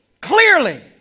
clearly